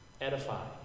edify